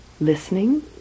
listening